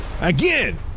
Again